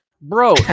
Bro